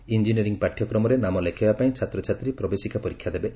engineering ପାଇଠ୍ୟକ୍ରମରେ ନାମ ଲେଖାଇବା ପାଇଁ ଛାତ୍ରଛାତ୍ରୀ ପ୍ରବେଶିକା ପରୀକ୍ଷା ଦେବେ